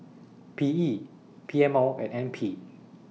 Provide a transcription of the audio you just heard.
P E P M O and N P